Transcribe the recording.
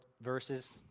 verses